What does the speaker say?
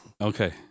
Okay